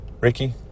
Ricky